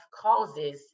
causes